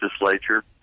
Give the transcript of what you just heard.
legislature